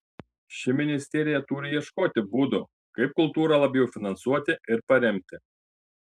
ši ministerija turi ieškoti būdų kaip kultūrą labiau finansuoti ir paremti